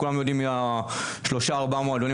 כולם יודעים מי השלושה-ארבעה המועדונים